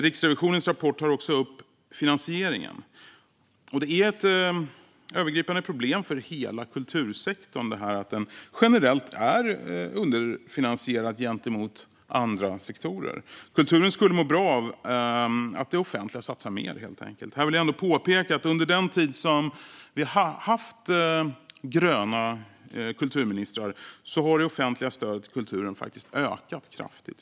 Riksrevisionens rapport tar också upp finansieringen. Det är ett övergripande problem för hela kultursektorn att den generellt är underfinansierad gentemot andra sektorer. Kulturen skulle helt enkelt må bra av att det offentliga satsade mer. Här vill jag ändå påpeka att under den tid som vi har haft gröna kulturministrar har det offentliga stödet till kulturen ökat kraftigt.